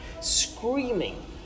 screaming